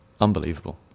unbelievable